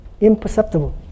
imperceptible